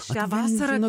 šią vasarą